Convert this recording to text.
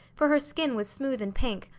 for her skin was smooth and pink,